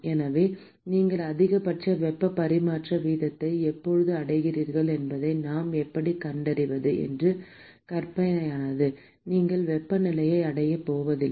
எனவே நீங்கள் அதிகபட்ச வெப்ப பரிமாற்ற வீதத்தை எப்போது அடைகிறீர்கள் என்பதை நாம் எப்படிக் கண்டறிவது என்பது கற்பனையானது நீங்கள் வெப்பநிலையை அடையப் போவதில்லை